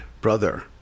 brother